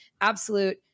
absolute